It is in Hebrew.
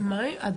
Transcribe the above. מה?